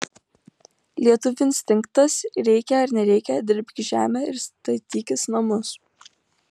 lietuvių instinktas reikia ar nereikia dirbk žemę ir statykis namus